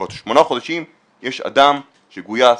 שבשמונה חודשים יש אדם שגויס,